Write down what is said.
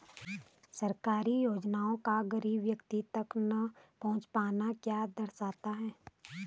सरकारी योजनाओं का गरीब व्यक्तियों तक न पहुँच पाना क्या दर्शाता है?